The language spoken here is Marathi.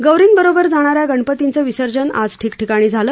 गौरीबरोबर जाणाऱ्या गणपतींचं विसर्जन आज ठिकठिकाणी झालं